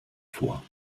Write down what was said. vor